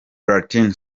latin